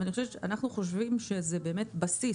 אנחנו חושבים שזה בסיס,